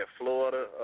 Florida